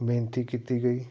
ਬੇਨਤੀ ਕੀਤੀ ਗਈ